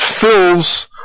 fills